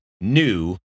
new